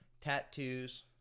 tattoos